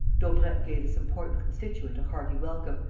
daubrecq gave this important constituent a hearty welcome,